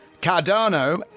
Cardano